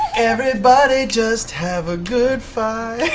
everybody just have a good fight.